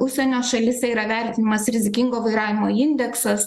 užsienio šalyse yra vertinamas rizikingo vairavimo indeksas